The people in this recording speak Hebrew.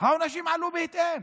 העונשים עלו בהתאם.